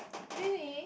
really